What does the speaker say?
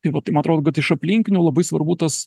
tai va tai man atrodo kad iš aplinkinių labai svarbu tas